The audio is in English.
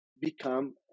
become